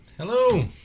Hello